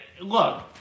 look